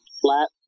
flat